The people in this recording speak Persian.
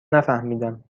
نفهمیدم